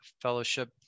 Fellowship